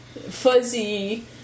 fuzzy